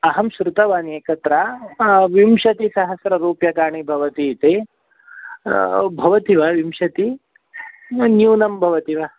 अहं श्रुतवान् एकत्र विंशतिसहस्ररूप्यकाणि भवति इति भवति वा विंशतिः न न्यूनं भवति वा